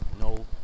No